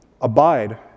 abide